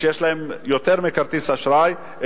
שיש להם יותר מכרטיס אשראי,